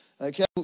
Okay